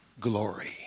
glory